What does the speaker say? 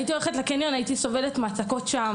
הייתי הולכת לקניון, הייתי סובלת שם